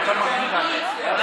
הכנסת.